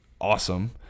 awesome